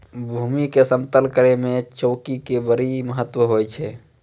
भूमी के समतल करै मे चौकी के बड्डी महत्व हुवै छै